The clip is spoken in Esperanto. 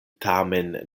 tamen